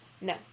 No